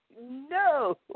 no